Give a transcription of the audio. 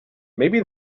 maybe